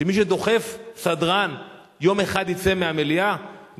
שמי שדוחף סדרן יצא מהמליאה ליום אחד?